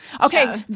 Okay